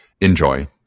Enjoy